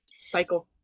Cycle